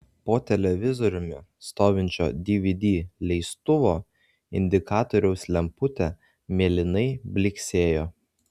po televizoriumi stovinčio dvd leistuvo indikatoriaus lemputė mėlynai blyksėjo